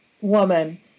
woman